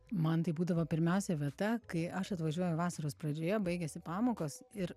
man tai būdavo pirmiausia vieta kai aš atvažiuoju vasaros pradžioje baigiasi pamokos ir